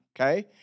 okay